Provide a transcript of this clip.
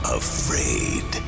afraid